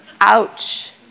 Ouch